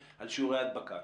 על שיעור הדבקה,